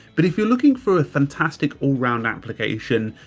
but if you're looking for a fantastic all round application,